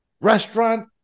restaurant